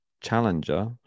Challenger